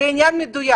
זה עניין מדויק,